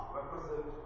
represent